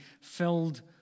filled